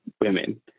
women